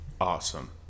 Awesome